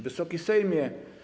Wysoki Sejmie!